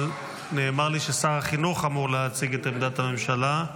אבל נאמר לי ששר החינוך אמור להציג את עמדת הממשלה.